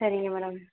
சரிங்க மேடம்